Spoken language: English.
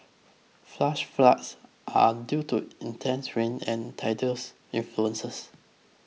flash floods are due to intense rain and tidal s influences